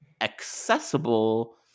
accessible